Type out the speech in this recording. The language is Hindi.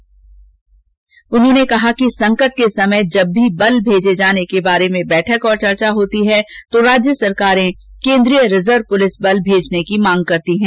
श्री डोभाल ने कहा कि संकट के समय जब भी बल भेजे जाने के बारे में बैठक और चर्चा होती है तो राज्य सरकारें केन्द्रीय रिजर्व पुलिस भेजने की मांग करती हैं